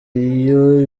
iyo